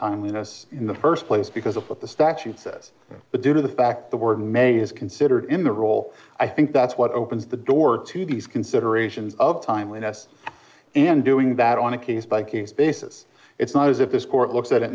timeliness in the st place because of what the statute says but due to the fact the word may is considered in the role i think that's what opens the door to these considerations of time with us and doing that on a case by case basis it's not as if this court looks at it